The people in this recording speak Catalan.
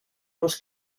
los